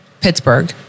Pittsburgh